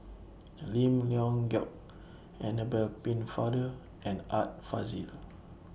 Lim Leong Geok Annabel Pennefather and Art Fazil